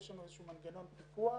יש לנו איזשהו מנגנון פיקוח.